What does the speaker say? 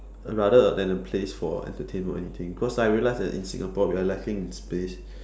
rather err than a place for entertainment or anything cause I realize that in Singapore we are lacking in space